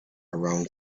around